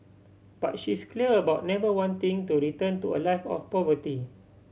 but she's clear about never wanting to return to a life of poverty